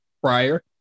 prior